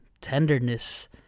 tenderness